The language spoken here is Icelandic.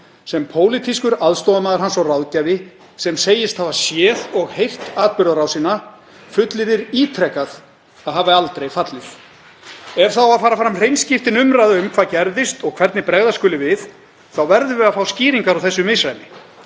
sem pólitískur aðstoðarmaður hans og ráðgjafi, sem segist hafa séð og heyrt atburðarásina, fullyrðir ítrekað að hafi aldrei fallið. Ef fara á fram hreinskiptin umræða um hvað gerðist og hvernig bregðast skuli við verðum við að fá skýringar á þessu misræmi.